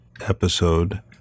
episode